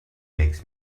makes